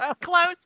close